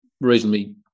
reasonably